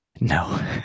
No